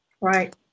Right